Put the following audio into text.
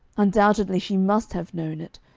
undoubtedly she must have known it,